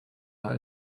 are